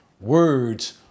words